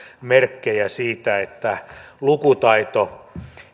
merkkejä siitä että lukutaito